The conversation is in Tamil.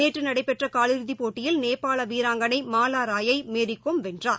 நேற்றுநடைபெற்றகூலிறுதிப் போட்டியில் நேபாளவீராங்கனை மாலாராயை மேரிகோம் வென்றார்